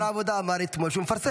שר העבודה אמר אתמול שהוא מפרסם.